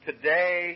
Today